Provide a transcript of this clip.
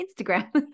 Instagram